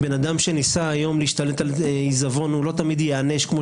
בן אדם שמנסה להשתלט על עיזבון לא תמיד ייענש כמו